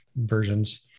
versions